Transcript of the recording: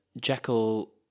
Jekyll